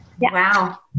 Wow